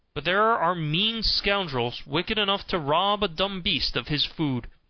but there are mean scoundrels, wicked enough to rob a dumb beast of his food.